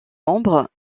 membre